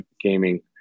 gaming